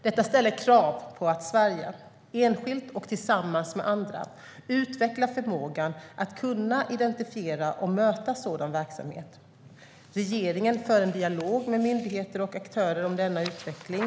Detta ställer krav på att Sverige, enskilt och tillsammans med andra, utvecklar förmågan att kunna identifiera och möta sådan verksamhet. Regeringen för en dialog med myndigheter och aktörer om denna utveckling.